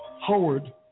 Howard